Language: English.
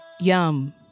Yum